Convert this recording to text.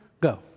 go